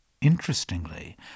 Interestingly